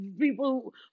people